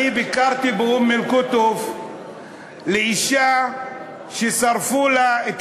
אני ביקרתי באום-אל-קוטוף אצל אישה ששרפו לה את